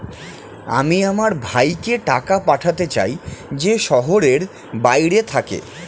আমি আমার ভাইকে টাকা পাঠাতে চাই যে শহরের বাইরে থাকে